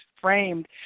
framed